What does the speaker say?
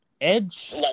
Edge